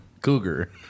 Cougar